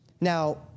Now